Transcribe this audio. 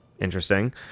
interesting